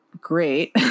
great